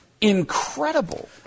incredible